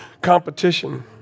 competition